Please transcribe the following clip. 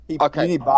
okay